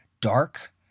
Dark